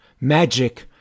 Magic